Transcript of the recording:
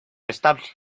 estable